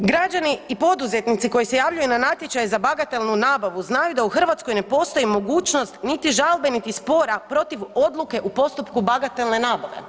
Građani i poduzetnici koji se javljaju na natječaj za bagatelnu nabavu znaju da u Hrvatskoj ne postoji mogućnost niti žalbe, niti spora protiv odluke u postupku bagatelne nabave.